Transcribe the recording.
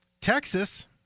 texas